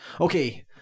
Okay